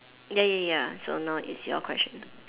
ya ya ya so now it's your question